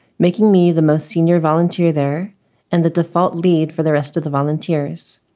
making me the most senior volunteer there and the default lead for the rest of the volunteers.